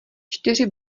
čtyři